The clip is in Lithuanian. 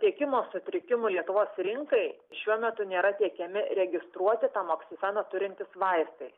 tiekimo sutrikimų lietuvos rinkai šiuo metu nėra tiekiami registruoti tamoksifeno turintys vaistai